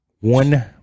One